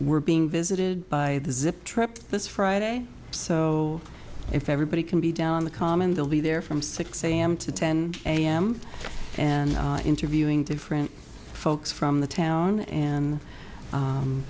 we're being visited by the zip trip this friday so if everybody can be down the common they'll be there from six am to ten am and interviewing different folks from the town and